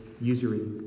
usury